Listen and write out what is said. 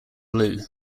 blue